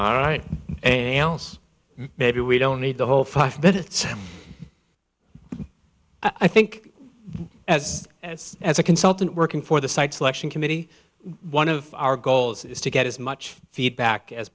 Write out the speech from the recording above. all right angles maybe we don't need the whole five but it's i think as as a consultant working for the site selection committee one of our goals is to get as much feedback as